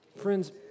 Friends